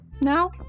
Now